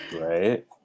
Right